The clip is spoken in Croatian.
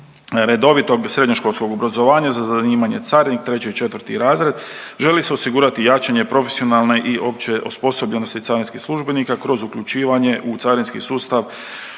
redovitog srednjoškolskog obrazovanja za zanimanje carinik treći i četvrti razred želi se osigurati jačanje profesionalne i opće osposobljenosti carinskih službenika kroz uključivanje u carinski sustav